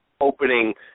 opening